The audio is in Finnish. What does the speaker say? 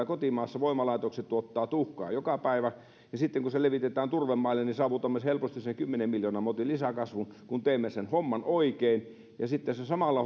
kotimaassa voimalaitokset tuottavat tuhkaa joka päivä ja sitten kun se levitetään turvemaille niin saavutamme helposti sen kymmenen miljoonan motin lisäkasvun kun teemme sen homman oikein sitten samalla